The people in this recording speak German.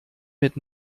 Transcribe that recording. mit